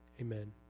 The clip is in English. Amen